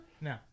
No